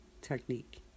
technique